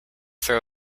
throw